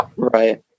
Right